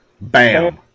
bam